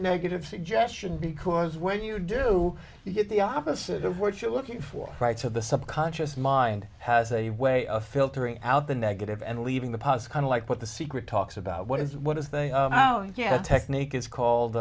negative suggestion because when you do you get the opposite of what you're looking for right so the subconscious mind has a way of filtering out the negative and leaving the past kind of like what the secret talks about what is what is they now get technique is called